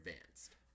advanced